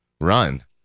run